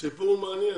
סיפור מאוד מעניין.